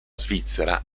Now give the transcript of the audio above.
svizzera